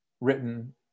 written